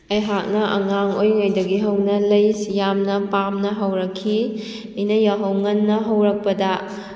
ꯑꯩꯍꯥꯛꯅ ꯑꯉꯥꯡ ꯑꯣꯏꯔꯤꯉꯩꯗꯒꯤ ꯍꯧꯅ ꯂꯩꯁꯤ ꯌꯥꯝꯅ ꯄꯥꯝꯅ ꯍꯧꯔꯛꯈꯤ ꯑꯩꯅ ꯌꯥꯍꯧ ꯉꯟꯅ ꯍꯧꯔꯛꯄꯗ